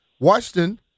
Washington